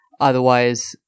Otherwise